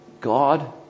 God